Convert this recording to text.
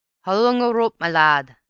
how long a rope, my lad?